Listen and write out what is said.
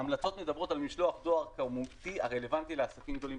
ההמלצות מדברות על משלוח דואר כמותי הרלוונטי לעסקים גדולים.